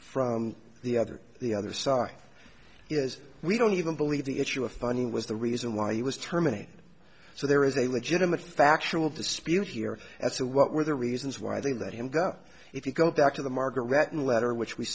from the other the other side is we don't even believe the issue of funding was the reason why he was terminated so there is a legitimate factual dispute here and so what were the reasons why they let him go if you go back to the margarette in letter which we